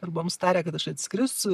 ir buvom sutarę kad aš atskrisiu